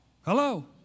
Hello